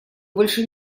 больше